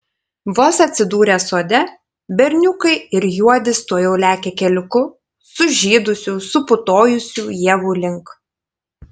vos atsidūrę sode berniukai ir juodis tuojau lekia keliuku sužydusių suputojusių ievų link